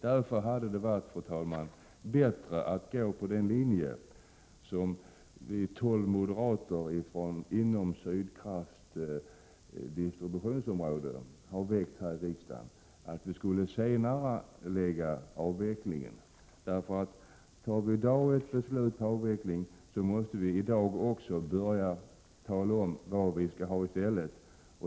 Därför hade det, fru talman, varit bättre att gå på den linje som de tolv moderaterna inom Sydkrafts distributionsområde står bakom, nämligen att man skall senarelägga avvecklingen. Om vi i dag fattar beslut om avveckling måste vi också tala om vad vi skall haistället.